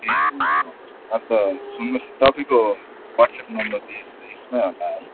ए हुन्छ हुन्छ अनि त सुन्नुहोस् न तपाईँको ह्वाट्स्याप नम्बर त यस यसमै होला है